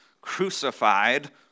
crucified